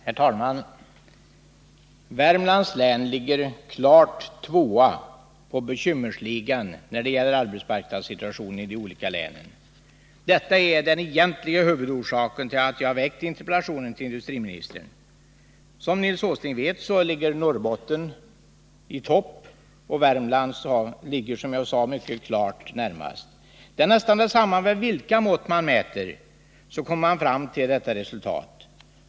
Herr talman! Värmlands län är klar tvåa i bekymmersligan när det gäller arbetsmarknadssituationen i de olika länen. Det är huvudorsaken till att jag riktat interpellationen till industriministern. Som Nils Åsling vet ligger Norrbotten i topp, och Värmland kommer närmast därefter. Oavsett med vilka mått man mäter, så kommer man till detta resultat.